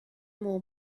more